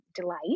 delight